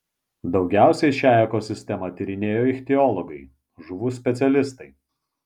daugiausiai šią ekosistemą tyrinėjo ichtiologai žuvų specialistai